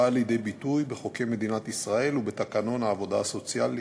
באה לידי ביטוי בחוקי מדינת ישראל ובתקנון עבודה סוציאלית.